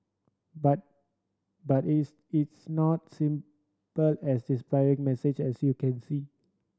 but but is it's not simple as a depressing message as you can see